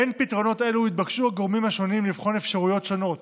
בין פתרונות אלו התבקשו הגורמים השונים לבחון אפשרויות שונות